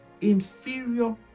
inferior